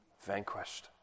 vanquished